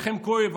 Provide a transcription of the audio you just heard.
לכם כואב,